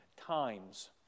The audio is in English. times